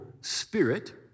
spirit